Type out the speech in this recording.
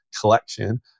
collection